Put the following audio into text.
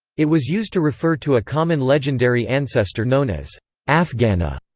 it was used to refer to a common legendary ancestor known as afghana,